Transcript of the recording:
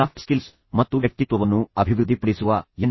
soft skills ಮತ್ತು ವ್ಯಕ್ತಿತ್ವವನ್ನು ಅಭಿವೃದ್ಧಿಪಡಿಸುವ ಎನ್